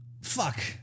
Fuck